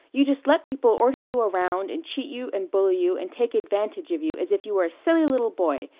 you just let people order you around and cheat you and bully you and take advantage of you as if you were a silly little boy.